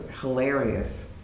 hilarious